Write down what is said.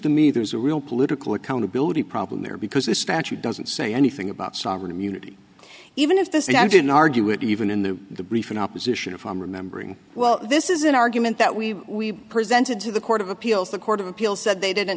to me there's a real political accountability problem there because the statute doesn't say anything about sovereign immunity even if this and i didn't argue it even in the brief in opposition if i'm remembering well this is an argument that we presented to the court of appeals the court of appeal said they didn't